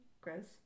gross